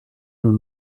nous